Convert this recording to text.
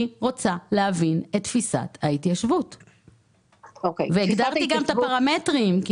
אני רוצה להבין את תפיסת ההתיישבות וגם הגדרתי את הפרמטרים.